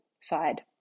side